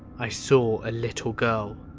i saw a little girl.